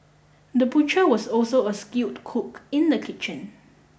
the butcher was also a skilled cook in the kitchen